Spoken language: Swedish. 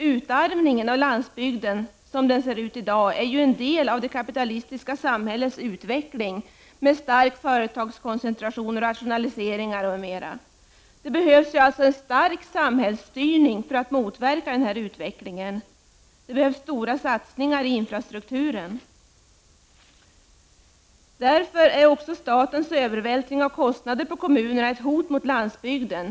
Utarmningen av landsbygden — som denna ser ut i dag — är ju en del av det kapitalistiska samhällets utveckling med stark företagskoncentration, rationaliseringar m.m. Det behövs alltså en stark samhällsstyrning för att motverka denna utveckling samt stora satsningar på infrastrukturen. Därför utgör statens övervältring av kostnader på kommunerna ett hot mot landsbygden.